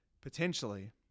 potentially